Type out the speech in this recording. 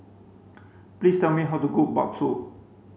please tell me how to cook Bakso